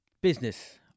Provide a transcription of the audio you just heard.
business